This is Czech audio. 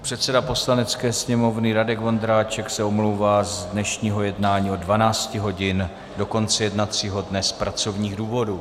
Předseda Poslanecké sněmovny Radek Vondráček se omlouvá z dnešního jednání od 12 hodin do konce jednacího dne z pracovních důvodů.